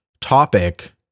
topic